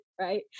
right